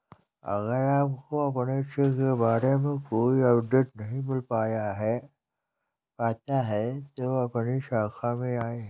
अगर आपको अपने चेक के बारे में कोई अपडेट नहीं मिल पाता है तो अपनी शाखा में आएं